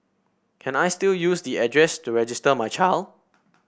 can I still use the address to register my child